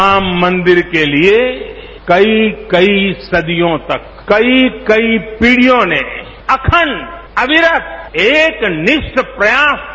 राम मंदिर के लिए कईकई सदियों तक कईकई पीढियों ने अखंड अविरत एक निष्ठ प्रयास किया